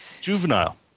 Juvenile